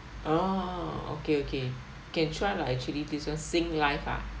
oh okay okay can try lah actually this [one] singlife ah